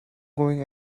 going